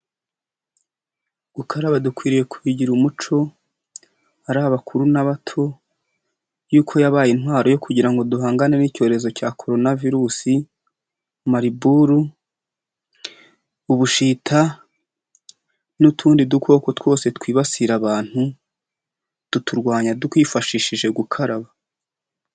Gukaraba dukwiriye kubigira umuco, ari abakuru n'abato yuko yabaye intwaro yo kugira ngo duhangane n'icyorezo cya korona virusi, mariburu, ubushita, n'utundi dukoko twose twibasira abantu tuturwanya twifashishije gukaraba.